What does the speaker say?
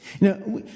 Now